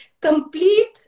complete